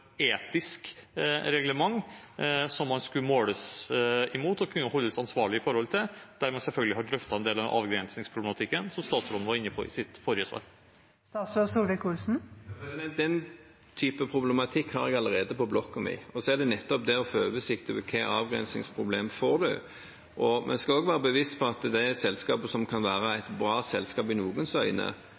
etisk reglement, som man skulle måles mot og kunne holdes ansvarlig overfor, der man selvfølgelig hadde drøftet en del av den avgrensningsproblematikken som statsråden var inne på i sitt forrige svar? Den type problematikk har jeg allerede på blokken min, nettopp det å få oversikt over hvilke avgrensningsproblemer en får. Vi skal også være bevisst på at det selskapet som kan være et bra selskap i noens øyne,